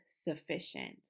sufficient